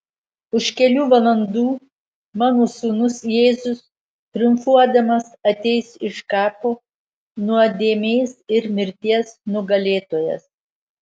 už kelių valandų mano sūnus jėzus triumfuodamas ateis iš kapo nuodėmės ir mirties nugalėtojas